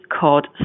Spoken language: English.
called